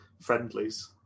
friendlies